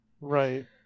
right